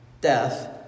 death